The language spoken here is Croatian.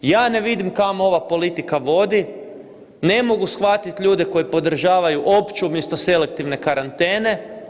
Ja ne vidim kamo ova politika vodi, ne mogu shvatiti ljude koji podržavaju opću umjesto selektivne karantene.